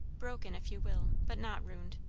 broken, if you will, but not ruined.